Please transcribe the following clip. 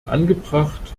angebracht